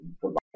provide